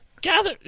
gather